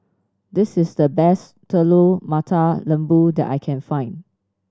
this is the best Telur Mata Lembu that I can find